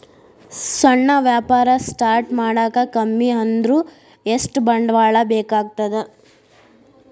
ಸಣ್ಣ ವ್ಯಾಪಾರ ಸ್ಟಾರ್ಟ್ ಮಾಡಾಕ ಕಮ್ಮಿ ಅಂದ್ರು ಎಷ್ಟ ಬಂಡವಾಳ ಬೇಕಾಗತ್ತಾ